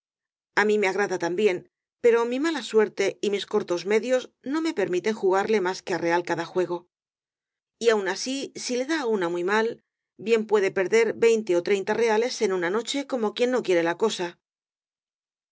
á mí me agrada también pero mi mala suerte y mis cortos medios no me permiten jugarle más que á real ca da juego y aun así si le da á una muy mal bien puede perder veinte ó treinta reales en una noche como quien no quiere la cosa